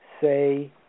say